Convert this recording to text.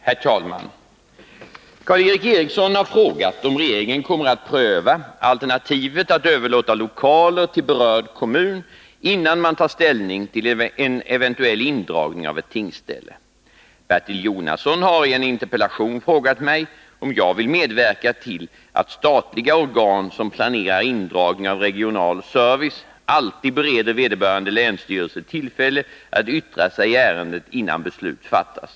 Herr talman! Karl Erik Eriksson har frågat om regeringen kommer att pröva alternativet att överlåta lokaler till berörd kommun, innan man tar ställning till en eventuell indragning av ett tingsställe. Bertii Jonasson har i en interpellation frågat mig om jag vill medverka till att statliga organ som planerar indragning av regional service alltid bereder vederbörande länsstyrelse tillfälle att yttra sig i ärendet innan beslut fattas.